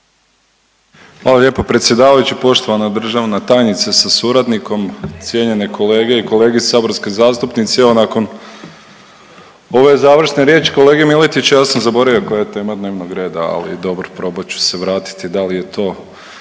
Hvala lijepo predsjedavajući, poštovana državna tajnice sa suradnikom, cijenjene kolege i kolege saborski zastupnici. Evo nakon ove završne riječi kolege Miletića, ja sam zaboravio koja je tema dnevnog reda, ali dobro, probat ću se vratiti, da li je to